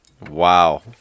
Wow